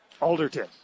Alderton